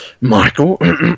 Michael